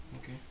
Okay